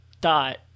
dot